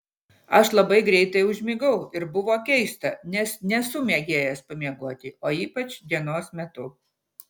aš labai greitai užmigau ir buvo keista nes nesu mėgėjas pamiegoti o ypač dienos metu